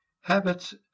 Habits